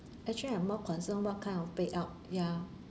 actually I'm more concerned what kind of payout ya